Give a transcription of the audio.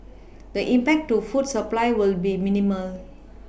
the impact to food supply will be minimal